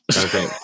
Okay